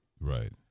Right